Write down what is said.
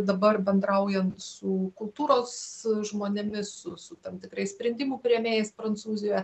dabar bendraujant su kultūros žmonėmis su su tam tikrais sprendimų priėmėjais prancūzijoje